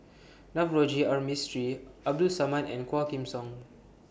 Navroji R Mistri Abdul Samad and Quah Kim Song